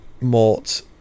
Mort